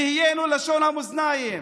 נהיינו לשון המאזניים.